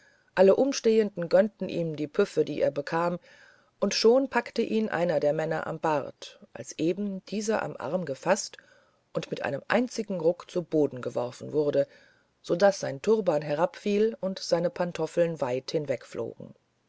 alle umstehenden gönnten ihm die püffe die er bekam und schon packte ihn einer der beiden männer am bart als eben dieser am arm gefaßt und mit einem einzigen ruck zu boden geworfen wurde so daß sein turban herabfiel und seine pantoffeln weit